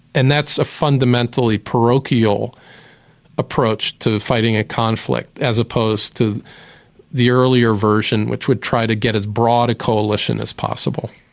and that's a fundamentally parochial approach to fighting a conflict, as opposed to the earlier version, which would try to get as a broad a coalition as possible.